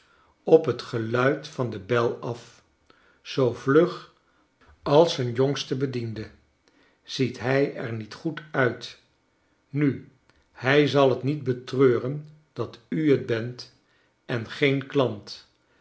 op het geluid van de bel af zoo vlug als een jongste bediende ziet hij er niet goed uit nu hij zal het niet betreuren dat u j t bent en geen klant